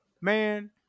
Man